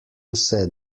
vse